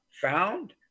found